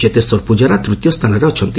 ଚେତେଶ୍ୱର ପୂଜାରା ତୃତୀୟ ସ୍ଥାନରେ ଅଛନ୍ତି